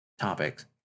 topics